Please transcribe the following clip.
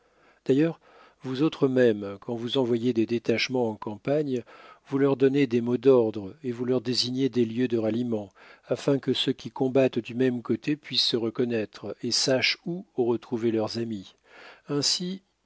d'ailleurs vous autres même quand vous envoyez des détachements en campagne vous leur donnez des mots d'ordre et vous leur désignez des lieux de ralliement afin que ceux qui combattent du même côté puissent se reconnaître et sachent où retrouver leurs amis ainsi